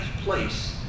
place